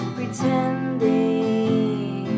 Pretending